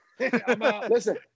Listen